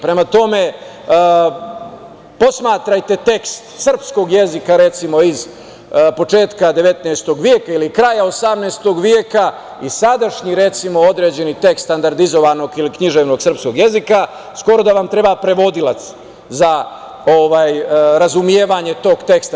Prema tome, posmatrajte tekst srpskog jezika recimo iz početka 19. veka ili kraja 18. veka i sadašnji određeni tekst standardizovanog ili književnog srpskog jezika, skoro da vam treba prevodilac za razumevanje tog teksta.